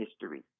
history